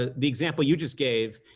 ah the example you just gave,